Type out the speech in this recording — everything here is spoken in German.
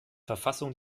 verfassung